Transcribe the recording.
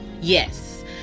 Yes